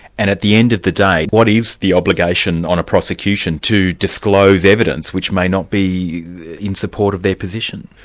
and at the end of the day, what is the obligation on a prosecution to disclose evidence which may not be in support of their position?